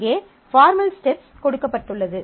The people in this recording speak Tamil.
இங்கே பார்மல் ஸ்டெப்ஸ் கொடுக்கப்பட்டுள்ளது